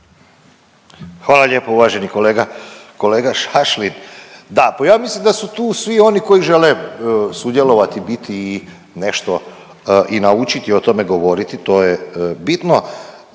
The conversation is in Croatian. Hvala lijepa uvaženi kolega, kolega Šašlin. Da, pa ja mislim da su tu svi oni koji žele sudjelovati, biti i nešto i naučiti i o tome govoriti, to je bitno.